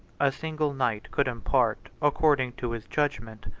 a single knight could impart, according to his judgment,